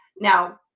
Now